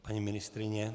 Paní ministryně?